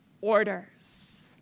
orders